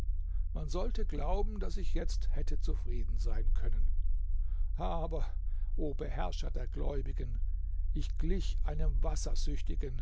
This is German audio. man sollte glauben daß ich jetzt hätte zufrieden sein können aber o beherrscher der gläubigen ich glich einem